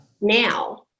now